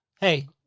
Hey